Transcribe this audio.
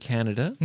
Canada